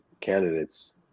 candidates